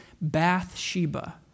Bathsheba